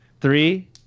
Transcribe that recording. Three